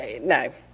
no